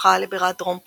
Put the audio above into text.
והפכה לבירת דרום פרוסיה.